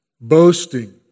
Boasting